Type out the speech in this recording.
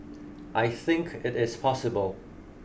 I think it is possible